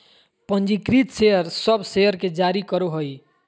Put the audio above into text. पंजीकृत शेयर सब शेयर के जारी करो हइ